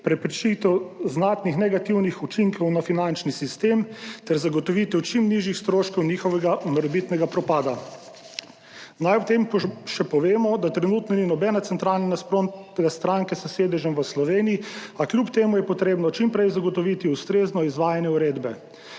preprečitev znatnih negativnih učinkov na finančni sistem ter zagotovitev čim nižjih stroškov njihovega morebitnega propada. Naj ob tem še povemo, da trenutno ni nobene centralno nasprotne stranke s sedežem v Sloveniji, a kljub temu je treba čim prej zagotoviti ustrezno izvajanje uredbe.